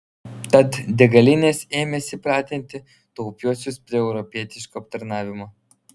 tad degalinės ėmėsi pratinti taupiuosius prie europietiško aptarnavimo